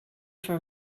for